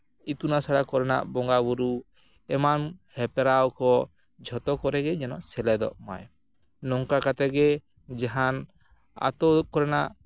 ᱤᱛᱩᱱ ᱟᱥᱲᱟ ᱠᱚᱨᱮᱱᱟᱜ ᱵᱚᱸᱜᱟᱼᱵᱩᱨᱩ ᱮᱢᱟᱱ ᱦᱮᱯᱨᱟᱣ ᱠᱚ ᱡᱷᱚᱛᱚ ᱠᱚᱨᱮᱜᱮ ᱡᱮᱱᱚᱭ ᱥᱮᱞᱮᱫᱚᱜ ᱢᱟᱭ ᱱᱚᱠᱟ ᱠᱟᱛᱮᱫ ᱜᱮ ᱡᱟᱦᱟᱱ ᱟᱹᱛᱩ ᱠᱚᱨᱮᱱᱟᱜ